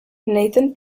nathan